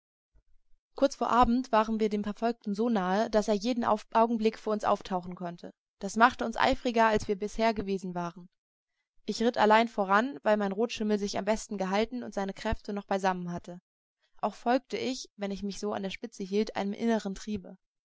kurz vor abend waren wir dem verfolgten so nahe daß er jeden augenblick vor uns auftauchen konnte das machte uns eifriger als wir bisher gewesen waren ich ritt allein voran weil mein rotschimmel sich am besten gehalten und seine kräfte noch beisammen hatte auch folgte ich wenn ich mich so an der spitze hielt einem innern triebe